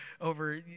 over